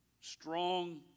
strong